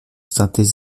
synthèse